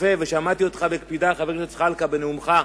שמעתי אותך בקפידה, חבר הכנסת זחאלקה, בנאומך: